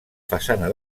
façana